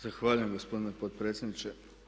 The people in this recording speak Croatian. Zahvaljujem gospodine potpredsjedniče.